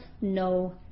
no